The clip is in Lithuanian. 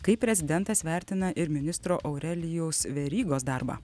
kaip prezidentas vertina ir ministro aurelijaus verygos darbą